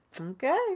Okay